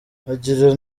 akagira